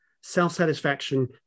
self-satisfaction